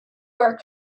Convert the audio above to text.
where